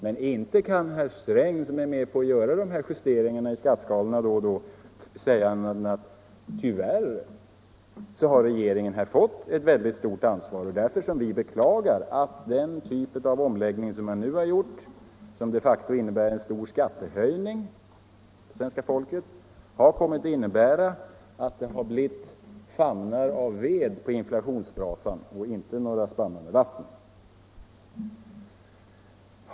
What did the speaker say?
Men inte kan herr Sträng, som är med på att göra justeringar av skatteskalorna då och då, säga annat än att tyvärr har regeringen här fått ett mycket stort ansvar. — Vi beklagar att den typ av omläggning som nu gjorts och som de facto medför en stor skattehöjning för svenska folket kommit att innebära att man kastat famnar av ved på inflationsbrasan — inte spannar med vatten.